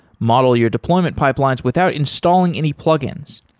model your deployment pipelines without installing any plug-ins.